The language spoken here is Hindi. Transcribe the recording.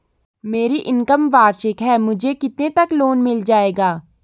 मेरी इनकम वार्षिक है मुझे कितने तक लोन मिल जाएगा?